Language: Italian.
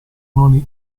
non